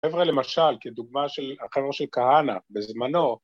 ‫חבר'ה, למשל, כדוגמה של ‫החבר'ה של קהנה בזמנו,